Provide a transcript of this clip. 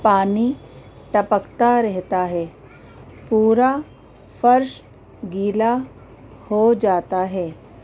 پانی ٹپکتا رہتا ہے پورا فرش گیلا ہو جاتا ہے